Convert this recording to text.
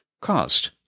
Cost